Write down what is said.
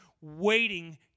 waiting